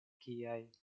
kiaj